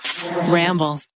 ramble